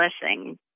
blessing